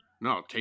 No